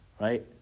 right